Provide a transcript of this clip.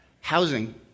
housing